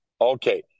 Okay